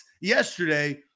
yesterday